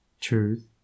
Truth